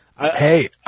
Hey